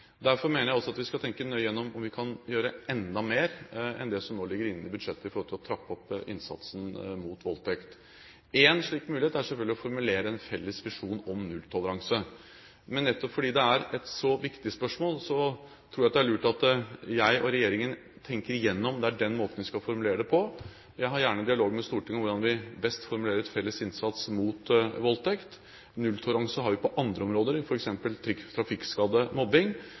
Derfor mener jeg også at vi skal tenke nøye igjennom om vi kan gjøre enda mer enn det som nå ligger inne i budsjettet for å trappe opp innsatsen mot voldtekt. Én slik mulighet er selvfølgelig å formulere en felles visjon om nulltoleranse. Men nettopp fordi det er et så viktig spørsmål, tror jeg det er lurt at jeg og regjeringen tenker igjennom om det er den måten vi skal formulere det på. Jeg har gjerne en dialog med Stortinget om hvordan vi best formulerer en felles innsats mot voldtekt. Nulltoleranse har vi på andre områder,